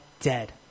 dead